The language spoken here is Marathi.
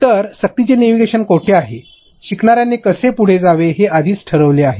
तर सक्तीचे नेव्हिगेशन कोठे आहे संदर्भ वेळ 1608 शिकणार्याने कसे पुढे जावे हे आधीच ठरविले आहे